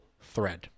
thread